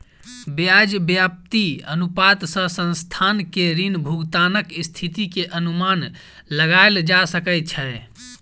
ब्याज व्याप्ति अनुपात सॅ संस्थान के ऋण भुगतानक स्थिति के अनुमान लगायल जा सकै छै